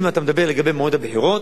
אם אתה מדבר על מועד הבחירות,